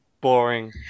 boring